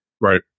Right